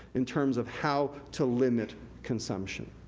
in terms of how to limit consumption.